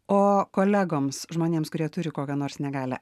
o kolegoms žmonėms kurie turi kokią nors negalią